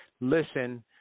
listen